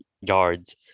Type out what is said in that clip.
yards